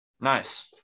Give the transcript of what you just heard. Nice